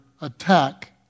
attack